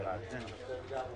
לגבי התמיכות,